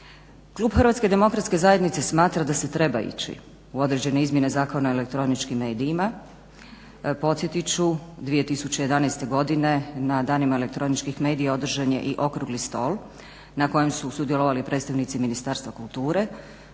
Klub HDZ-a smatra da se treba ići u određene izmjene Zakona o elektroničkim medijima. Podsjetit ću, 2011. godine na Danima elektroničkih medija održan je i okrugli stol na kojem su sudjelovali predstavnici Ministarstva kulture.